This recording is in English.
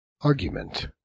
ARGUMENT